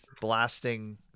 blasting